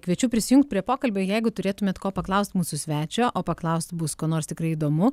kviečiu prisijungt prie pokalbio jeigu turėtumėt ko paklaust mūsų svečio o paklaust bus ko nors tikrai įdomu